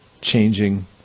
changing